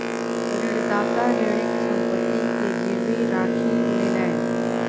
ऋणदाता ऋणीक संपत्ति के गीरवी राखी लेलैन